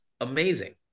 amazing